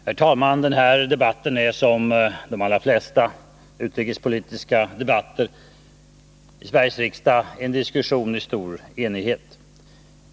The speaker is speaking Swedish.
Herr talman! Den här debatten är som de allra flesta utrikespolitiska debatter i Sveriges riksdag en diskussion i stor enighet.